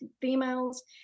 females